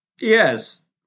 Yes